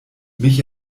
mich